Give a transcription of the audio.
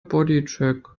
bodycheck